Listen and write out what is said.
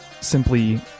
simply